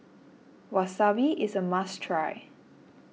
Wasabi is a must try